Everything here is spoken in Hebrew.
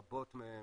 רבות מהן,